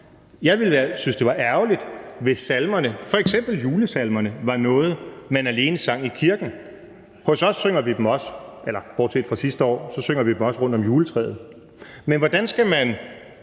synes, at det var ærgerligt, hvis salmerne, f.eks. julesalmerne, var noget, man alene sang i kirken. Hos os synger vi dem også – bortset fra sidste år – rundt om juletræet, men hvordan skal man